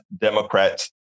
Democrats